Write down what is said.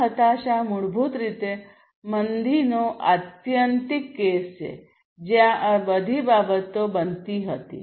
આ હતાશા મૂળભૂત રીતે મંદીનો આત્યંતિક કેસ છે જ્યાં આ બધી બાબતો બનતી હતી